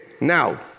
now